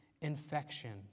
infection